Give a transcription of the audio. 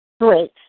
Great